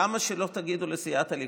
למה שלא תגידו לסיעת הליכוד: